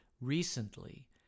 recently